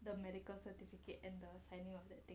the medical certificate and the signing of that thing